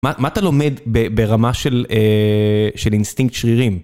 מה, מה אתה לומד ברמה של אינסטינקט שרירים?